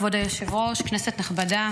כבוד היושב-ראש, כנסת נכבדה,